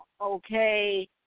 okay